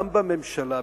גם בממשלה,